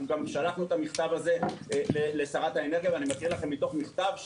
אנחנו גם שלחנו את המכתב הזה לשרת האנרגיה ואני מקריא לכם מתוך המכתב.